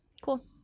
Cool